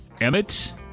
Emmett